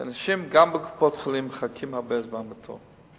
היא שאנשים מחכים הרבה זמן בתור,